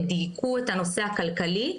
הם דייקו את הנושא הכלכלי.